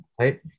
Right